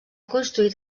construït